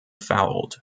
fouled